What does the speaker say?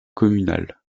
communale